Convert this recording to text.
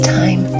time